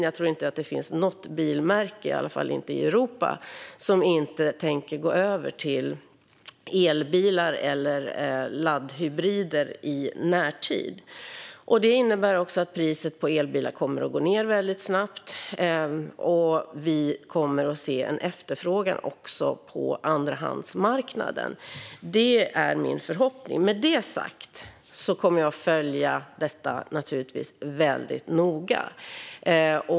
Jag tror inte att det finns något bilmärke - i varje fall inte i Europa - som inte tänker gå över till elbilar eller laddhybrider i närtid. Detta innebär att priset på elbilar kommer att gå ned väldigt snabbt. Vi kommer dessutom att se en efterfrågan på andrahandsmarknaden. Det är min förhoppning. Med detta sagt kommer jag naturligtvis att följa det hela väldigt noga.